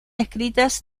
escritas